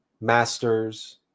Masters